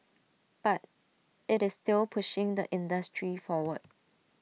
but IT is still pushing the industry forward